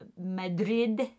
Madrid